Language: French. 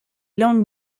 langues